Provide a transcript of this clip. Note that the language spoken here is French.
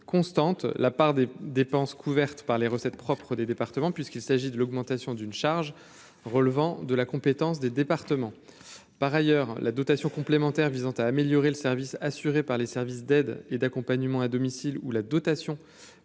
constante la part des dépenses couvertes par les recettes propres des départements puisqu'il s'agit de l'augmentation d'une charge relevant de la compétence des départements, par ailleurs, la dotation complémentaire visant à améliorer le service assuré par les services d'aide et d'accompagnement à domicile ou la dotation